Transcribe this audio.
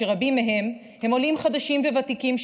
שרבים מהם הם עולים חדשים וותיקים,